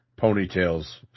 Ponytail's